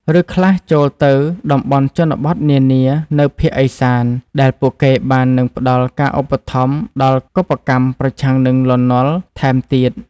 ឬខ្លះចូលទៅតំបន់ជនបទនានានៅភាគឦសាន ដែលពួកគេបាននឹងផ្ដល់ការឧបត្ថម្ភដល់កុបកម្មប្រឆាំងនឹងលន់ នល់ថែមទៀត។